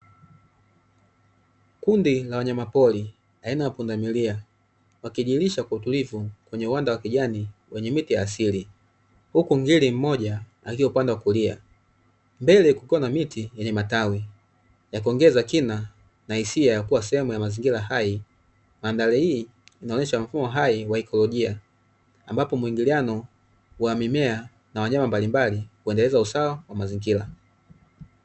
Kundi la wanyamapori aina ya pundamilia, wakijilishwa kwa utulivu kwenye uwanda wa kijani wenye miti ya asili, huku ngiri mmoja aliye upande wa kulia. Mbele kulikuwa na miti yenye matawi, ya kuongeza kina na hisia ya kuwa sehemu ya mazingira hai. Mandhari hii yanaonyesha mfumo hai wa ikolojia ambapo muingiliano wa mimea na wanyama mbalimbali huendeleza usawa wa mazingira.